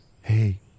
Hey